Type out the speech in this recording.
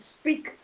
speak